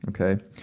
Okay